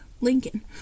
lincoln